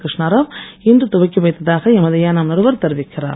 கிருஷ்ணராவ் இன்று துவக்கி வைத்ததாக எமது ஏனாம் நிருபர் தெரிவிக்கிறார்